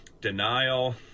Denial